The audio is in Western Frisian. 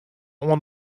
oan